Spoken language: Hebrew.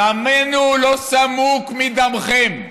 דמנו לא סמוק מדמכם.